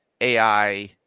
AI